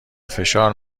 فشار